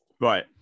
right